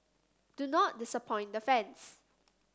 do not disappoint the fans